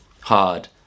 hard